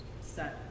set